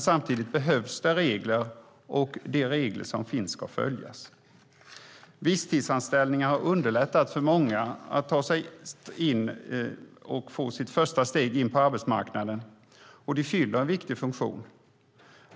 Samtidigt behövs det regler, och de regler som finns ska följas. Visstidsanställningar har underlättat för många att ta sina första steg på arbetsmarknaden, och de fyller en viktig funktion.